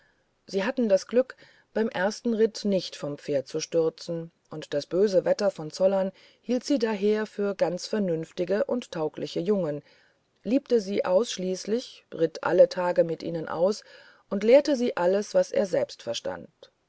sie hatten das glück beim ersten ritt nicht vom pferd zu stürzen und das böse wetter von zollern hielt sie daher für ganz vernünftige und taugliche jungen liebte sie ausschließlich ritt alle tag mit ihnen aus und lehrte sie alles was er selbst verstand